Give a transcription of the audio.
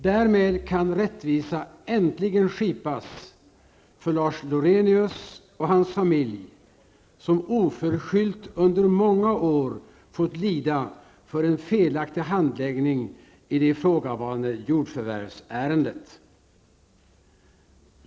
Därmed kan rättvisan äntligen skipas för Lars Lorenius och hans familj, som oförskyllt under många år fått lida av en felaktig handläggning av det ifrågavarande jordförvärvsärendet.